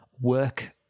work